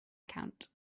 account